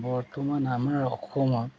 বৰ্তমান আমাৰ অসমত